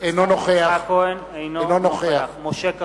אינו נוכח משה כחלון,